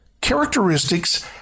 characteristics